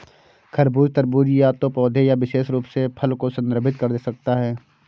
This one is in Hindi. खरबूज, तरबूज या तो पौधे या विशेष रूप से फल को संदर्भित कर सकता है